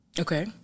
Okay